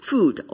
Food